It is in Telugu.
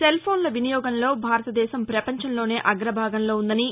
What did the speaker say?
సెల్ ఫోన్లు వినియోగంలో భారతదేశం ప్రపంచంలోనే అగ్రభాగంలో ఉందని